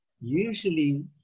usually